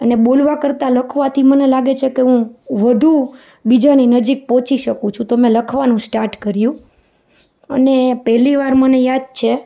અને બોલવા કરતાં લખવાથી મને લાગે છેકે હું વધુ બીજાની નજીક પહોંચી શકું છું તો મે લખવાનું સ્ટાર્ટ કર્યું અને પહેલીવાર મને યાદ છે